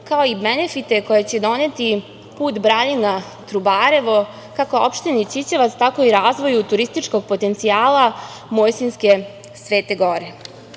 kao i benefite koje će doneti put Braljina-Trubarevo, kako opštini Ćićevac, tako i razvoju turističkog potencijala Mojsinjske Svete Gore. Pored